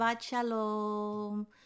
Shalom